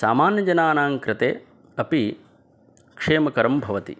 सामान्यजनानां कृते अपि क्षेमकरं भवति